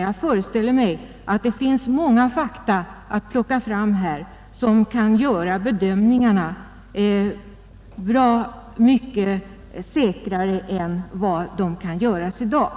Jag föreställer mig att det finns många fakta, med vilkas hjälp man kan göra bedömningar säkrare än dessa kan göras i dag.